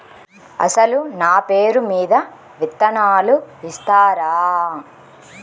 అసలు నా పేరు మీద విత్తనాలు ఇస్తారా?